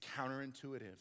counterintuitive